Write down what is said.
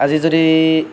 আজি যদি